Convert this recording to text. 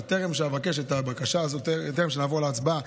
אך טרם אבקש את הבקשה הזו וטרם נעבור להצבעה,